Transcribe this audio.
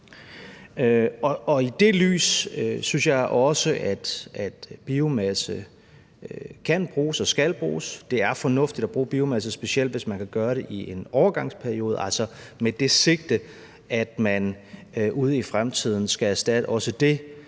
I det lys synes jeg også at biomasse kan bruges og skal bruges, og det er fornuftigt at bruge biomasse, specielt hvis man kan gøre det i en overgangsperiode, altså med det sigte, at man ude i fremtiden skal erstatte også det